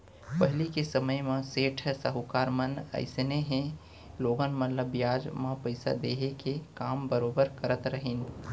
पहिली के समे म सेठ साहूकार मन अइसनहे लोगन मन ल बियाज म पइसा देहे के काम बरोबर करत रहिन